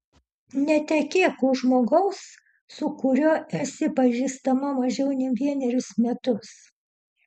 netekėk už žmogaus su kuriuo esi pažįstama mažiau nei vienerius metus